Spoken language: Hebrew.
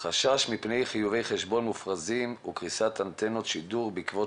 "החשש מפני חיובי חשבון מופרזים וקריסת אנטנות שידור בעקבות